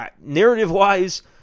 narrative-wise